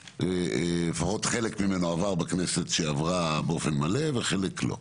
לפחות חלק ממנו עבר בכנסת שעברה באופן מלא וחלק לא.